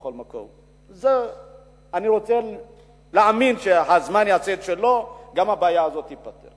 אני רוצה להאמין שהזמן יעשה את שלו וגם הבעיה הזאת תיפתר.